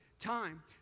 time